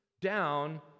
down